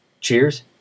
Cheers